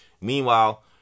Meanwhile